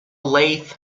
lathe